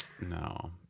no